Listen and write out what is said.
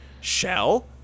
shell